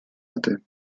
hatte